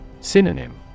Synonym